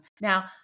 Now